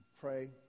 pray